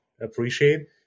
appreciate